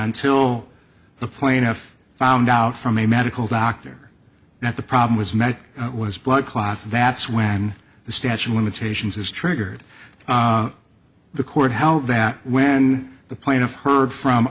until the plaintiff found out from a medical doctor that the problem was met was blood clots that's when the statue of limitations is triggered the court held that when the plaintiff heard from